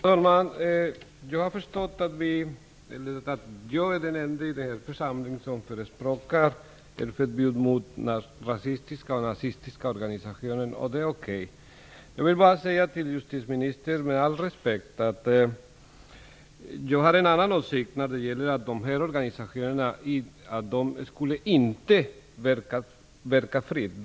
Herr talman! Jag har förstått att jag är den ende i denna församling som förespråkar förbud mot rasistiska och nazistiska organisationer, och det är okej. Jag vill säga till justitieministern med all respekt att jag har en annan åsikt när det gäller frågan om de här organisationerna skall få verka fritt eller inte.